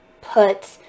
put